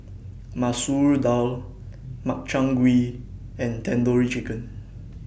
Masoor Dal Makchang Gui and Tandoori Chicken